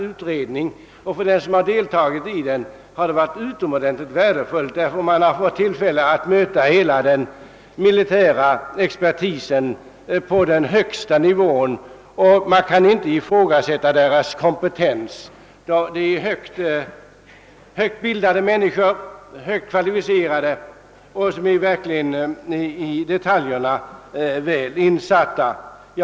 För ledamöterna har det också varit utomordentligt värdefullt att få möta hela vår högsta militära expertis, vars kompetens ingen kan ifrågasätta och som består av högt bildade, kvalificerade och i detaljerna väl insatta människor.